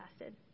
lasted